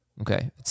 Okay